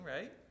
right